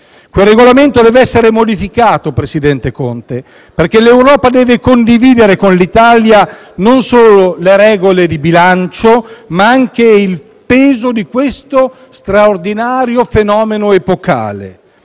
il Regolamento deve essere modificato perché l'Europa deve condividere con l'Italia non sono le regole di bilancio, ma anche il peso di questo straordinario fenomeno epocale.